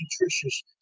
nutritious